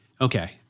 Okay